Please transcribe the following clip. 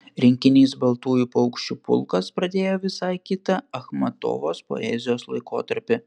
rinkinys baltųjų paukščių pulkas pradėjo visai kitą achmatovos poezijos laikotarpį